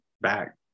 back